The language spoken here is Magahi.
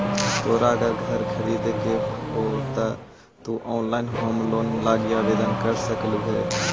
तोरा अगर घर खरीदे के हो त तु ऑनलाइन होम लोन लागी आवेदन कर सकलहुं हे